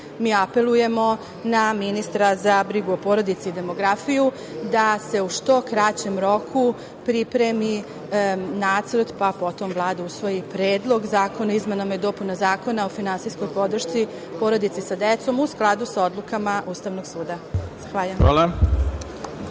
mi apelujemo na ministra za brigu o porodici i demografiju da se u što kraćem roku pripremi nacrt, pa potom da Vlada usvoji predlog zakona o izmenama i dopunama Zakona o finansijskog podršci porodici sa decom, a u skladu sa odlukama Ustavnog suda.